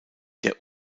der